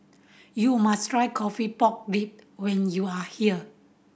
you must try coffee pork rib when you are here